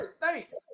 thanks